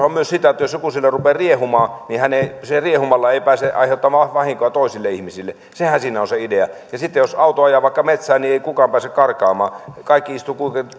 on myös sitä että jos joku siellä rupeaa riehumaan hän ei riehumalla pääse aiheuttamaan vahinkoa toisille ihmisille sehän siinä on se idea jos auto ajaa vaikka metsään niin ei kukaan pääse karkaamaan kaikki istuvat